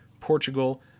Portugal